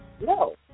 No